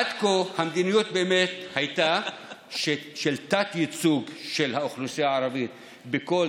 עד כה המדיניות באמת הייתה של תת-ייצוג של האוכלוסייה הערבית בכל